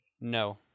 no